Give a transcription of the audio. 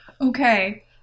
Okay